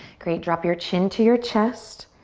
great, drop your chin to your chest.